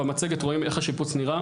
במצגת רואים איך השיפוץ נראה,